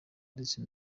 ndetse